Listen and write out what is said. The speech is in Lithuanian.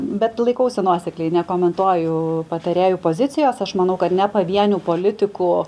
bet laikausi nuosekliai nekomentuoju patarėjų pozicijos aš manau kad ne pavienių politikų